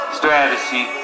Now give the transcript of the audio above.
strategy